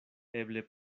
eble